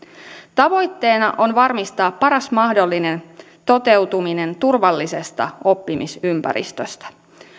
tavoitteena on varmistaa paras mahdollinen toteutuminen turvallisesta oppimisympäristöstä